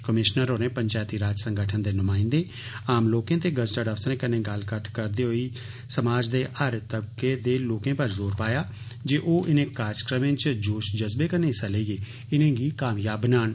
commissioner होरें पंचैती राज संगठन दे नुमायंदे आम लोकें ते गजटेड अफसरें कन्नै गल्ल कत्थ करदे होई समाज दे हर तबके दे लोकें पर जोर पाया जे ओह इनें कार्यक्रमें च जोष जज्बे कन्नै हिस्सा लेईयै इनेंगी कामयाब बनान